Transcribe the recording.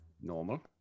normal